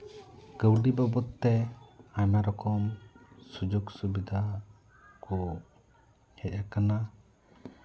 ᱠᱟᱹᱣᱰᱤ ᱵᱟᱵᱚᱫᱽ ᱛᱮ ᱟᱭᱢᱟ ᱨᱚᱠᱚᱢ ᱥᱩᱡᱳᱜᱽ ᱥᱩᱵᱤᱫᱷᱟ ᱠᱚ ᱦᱮᱡ ᱟᱠᱟᱱᱟ